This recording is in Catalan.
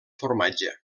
formatge